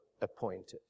appointed